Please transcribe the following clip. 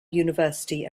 university